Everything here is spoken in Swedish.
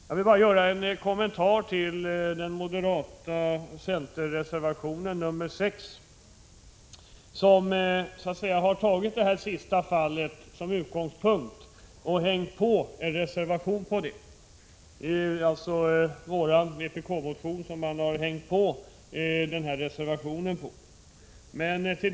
Jag vill också något kommentera reservation 6 från moderaterna och centern, som med anledning av det sistnämnda fallet har fogat en reservation till betänkandet. Det är alltså med anledning av vpk-motionen som moderaterna och centern har skrivit denna reservation.